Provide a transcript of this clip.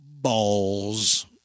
balls